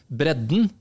bredden